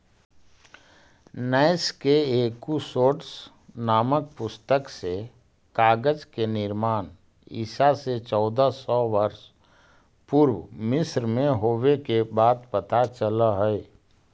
नैश के एकूसोड्स् नामक पुस्तक से कागज के निर्माण ईसा से चौदह सौ वर्ष पूर्व मिस्र में होवे के बात पता चलऽ हई